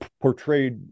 portrayed